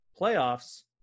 playoffs